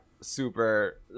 super